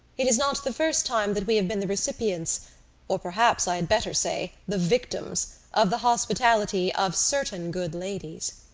it is not the first time that we have been the recipients or perhaps, i had better say, the victims of the hospitality of certain good ladies.